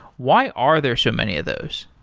why are there so many of those?